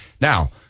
Now